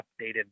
updated